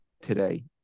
today